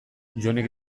jonek